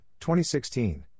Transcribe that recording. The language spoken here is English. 2016